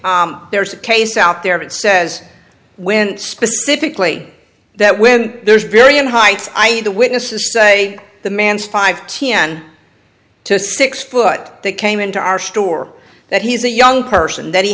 there's a case out there that says when specifically that when there's very in height i e the witnesses say the man's five t n to six foot that came into our store that he's a young person that he